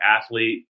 athlete